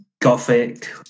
gothic